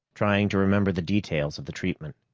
trying to remember the details of the treatment.